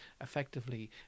effectively